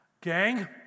gang